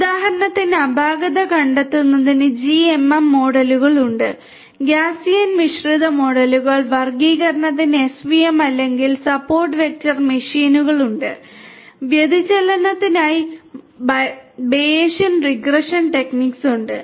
ഉദാഹരണത്തിന് അപാകത കണ്ടെത്തുന്നതിന് GMM മോഡലുകൾ ഉണ്ട് ഗാസിയൻ മിശ്രിത മോഡലുകൾ വർഗ്ഗീകരണത്തിന് SVM അല്ലെങ്കിൽ സപ്പോർട്ട് വെക്ടർ മെഷീനുകൾ ഉണ്ട് വ്യതിചലനത്തിനായി ബയേഷ്യൻ റിഗ്രഷൻ ടെക്നിക്കുകൾ ഉണ്ട്